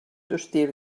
hostil